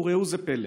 וראו זה פלא: